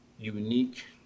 unique